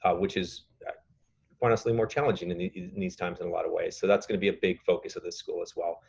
which is honestly more challenging and in these times in a lot of ways. so that's going to be a big focus of this school as well,